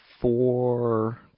four